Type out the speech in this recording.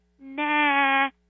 nah